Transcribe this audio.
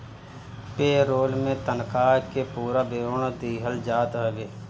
पे role में तनखा के पूरा विवरण दिहल जात हवे